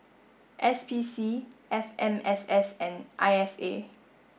S P C F M S S and I S A